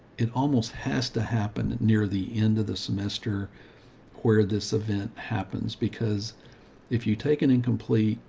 it almost has to happen near the end of the semester where this event happens. because if you take an incomplete,